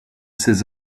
ses